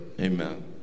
Amen